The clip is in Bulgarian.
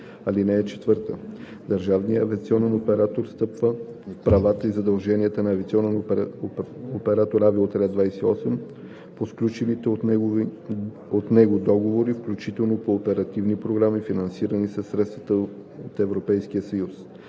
на труда. (4) Държавният авиационен оператор встъпва в правата и задълженията на авиационен оператор – Авиоотряд 28, по сключените от него договори, включително по оперативни програми, финансирани със средства от Европейския съюз.